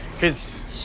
Cause